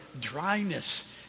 dryness